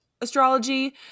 astrology